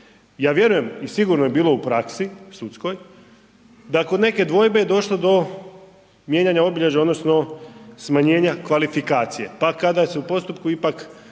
Ja vjerujem i sigurno je bilo u praksi, sudskoj da kod neke dvojbe je došlo do mijenjanja obilježja odnosno smanjenja kvalifikacije. Pa kada se u postupku ipak